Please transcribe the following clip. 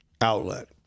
outlet